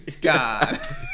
God